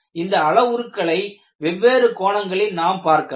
இந்த அளவுருக்களை வெவ்வேறு கோணங்களில் நாம் பார்க்கலாம்